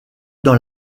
dans